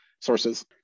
sources